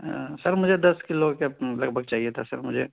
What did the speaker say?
سر مجھے دس کلو کے لگ بھگ چاہیے تھا سر مجھے